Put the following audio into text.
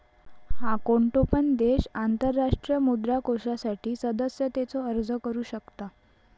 हा, कोणतो पण देश आंतरराष्ट्रीय मुद्रा कोषासाठी सदस्यतेचो अर्ज करू शकता